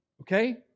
okay